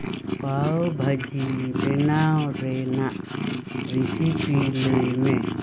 ᱯᱟᱣ ᱵᱷᱟᱹᱡᱤ ᱵᱮᱱᱟᱣ ᱨᱮᱱᱟᱜ ᱨᱮᱥᱤᱯᱤ ᱞᱟᱹᱭ ᱢᱮ